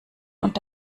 und